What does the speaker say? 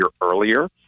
earlier